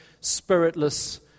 spiritless